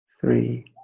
three